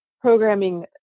programming